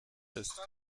ist